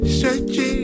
searching